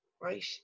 right